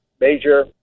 major